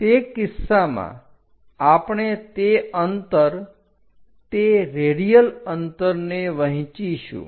તે કિસ્સામાં આપણે તે અંતર તે રેડિયલ અંતરને વહેંચીશું